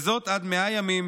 וזאת עד 100 ימים,